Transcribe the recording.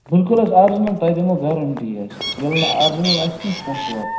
بِلکُل حظ آرِجنل تۄہہِ دِمو گارَنٛٹی حظ ییٚلہِ نہٕ آرجنل آسہِ کیٚنٛہہ پوٚنٛسہٕ واپَس